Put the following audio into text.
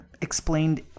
explained